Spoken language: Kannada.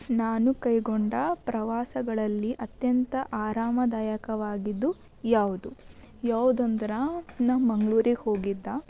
ನಾನು ಕೈಗೊಂಡ ಪ್ರವಾಸಗಳಲ್ಲಿ ಅತ್ಯಂತ ಆರಾಮದಾಯಕವಾಗಿದ್ದು ಯಾವುದು ಯಾವುದಂದ್ರೆ ನಾವು ಮಂಗಳೂರಿಗೆ ಹೋಗಿದ್ದು